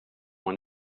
want